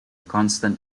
constant